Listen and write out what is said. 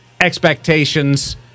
expectations